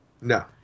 No